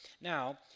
Now